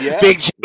big